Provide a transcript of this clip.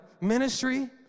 ministry